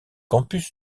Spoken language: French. campus